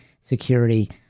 security